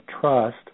trust